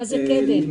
מה זה קד"מ?